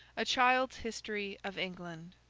a child's history of england